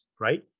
right